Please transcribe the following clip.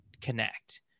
connect